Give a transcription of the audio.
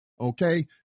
okay